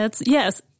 Yes